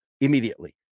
immediately